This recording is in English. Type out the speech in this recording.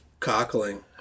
cockling